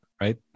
right